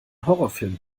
horrorfilmen